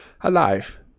alive